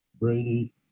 Brady